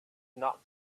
knocked